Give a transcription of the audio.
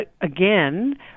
again